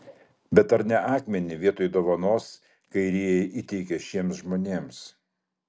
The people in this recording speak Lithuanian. bet ar ne akmenį vietoj dovanos kairieji įteikė šiems žmonėms